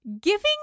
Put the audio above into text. giving